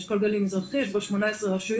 אשכול גליל מזרחי יש בו 18 רשויות,